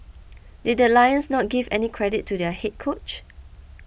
did the Lions not give any credit to their head coach